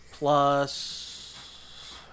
Plus